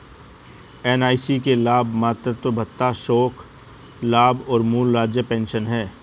NIC के लाभ मातृत्व भत्ता, शोक लाभ और मूल राज्य पेंशन हैं